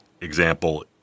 example